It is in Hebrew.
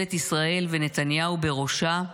ממשלת ישראל, ונתניהו בראשה,